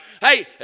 Hey